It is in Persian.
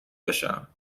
بشم